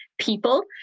people